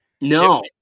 no